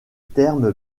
terme